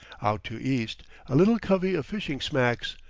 out to east a little covey of fishing-smacks,